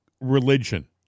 religion